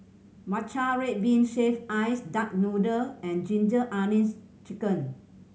matcha red bean shaved ice duck noodle and Ginger Onions Chicken